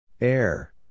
Air